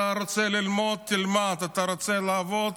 אתה רוצה ללמוד, תלמד, אתה רוצה לעבוד,